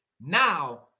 Now